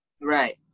Right